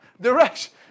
direction